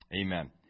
Amen